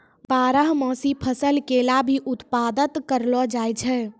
बारहमासी फसल केला भी उत्पादत करलो जाय छै